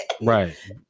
right